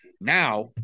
now